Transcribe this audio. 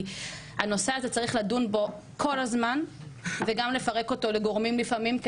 כי הנושא הזה צריך לדון בו כל הזמן וגם לפרק אותו לגורמים לפעמים,